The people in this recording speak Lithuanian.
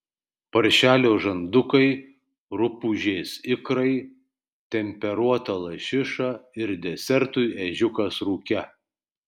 paršelio žandukai rupūžės ikrai temperuota lašiša ir desertui ežiukas rūke